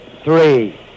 three